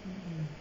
mmhmm